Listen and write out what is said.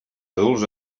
adults